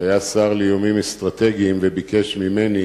שהיה שר לאיומים אסטרטגיים וביקש ממני,